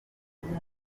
bagiye